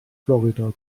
florida